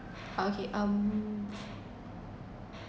okay um